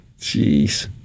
Jeez